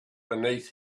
beneath